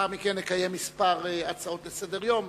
לאחר מכן נקיים כמה הצעות לסדר-היום.